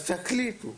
תחליטו.